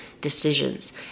decisions